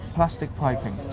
plastic piping.